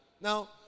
Now